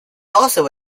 also